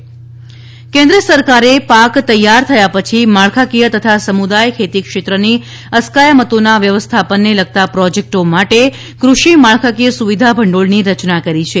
કૃષિ માળખાકીય ભંડોળ કેન્દ્ર સરકારે પાક તૈયાર થયા પછી માળખાકીય તથા સમુદાય ખેતી ક્ષેત્રની અસ્કયામતોનાં વ્યવસ્થાપનને લગતા પ્રોજેક્ટો માટે કૃષિ માળખાકીય સુવિધા ભંડોળની રચના કરી છે